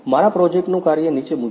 મારા પ્રોજેક્ટનું કાર્ય નીચે મુજબ છે